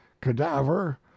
cadaver